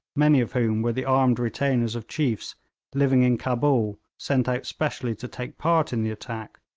many of whom were the armed retainers of chiefs living in cabul sent out specially to take part in the attack,